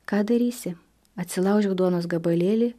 ką darysi atsilaužiau duonos gabalėlį